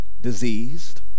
diseased